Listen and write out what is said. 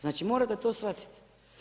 Znači morate to shvatiti.